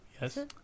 Yes